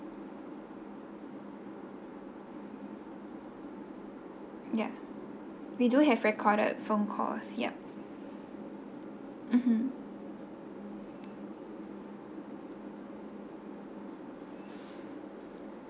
ya we do have recorded phone calls ya mmhmm